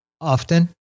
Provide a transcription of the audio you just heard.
often